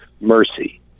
mercy